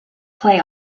play